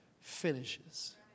finishes